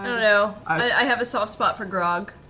know. i have a soft spot for grog.